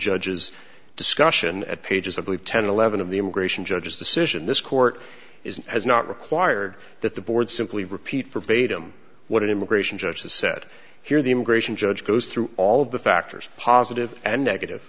judges discussion at pages of lee ten eleven of the immigration judges decision this court is has not required that the board simply repeat forbade him what an immigration judge has said here the immigration judge goes through all of the factors positive and negative